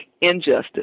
injustice